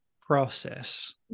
process